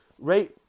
right